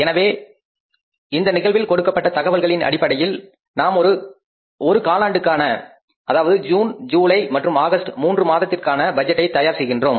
எனவே இந்த வழக்கில் கொடுக்கப்பட்ட தகவல்களின் அடிப்படையில் நாம் ஒரு காலாண்டுக்கான அதாவது ஜூன் ஜூலை மற்றும் ஆகஸ்ட் மூன்று மாதத்திற்கான பட்ஜெட்டை தயார் செய்கிறோம்